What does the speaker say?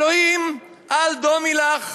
"אלהים אל דמי לך,